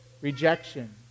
rejection